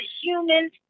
human